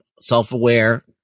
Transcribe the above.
self-aware